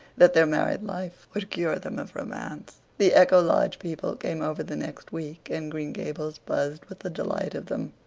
that their married life would cure them of romance. the echo lodge people came over the next week, and green gables buzzed with the delight of them.